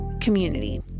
community